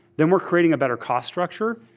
then we're creating a better cost structure.